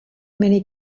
many